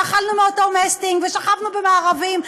ואכלנו מאותו מסטינג ושכבנו במארבים.